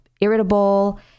irritable